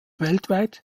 weltweit